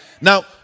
Now